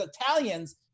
Italians